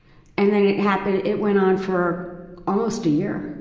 and then it happened, it went on for almost a year.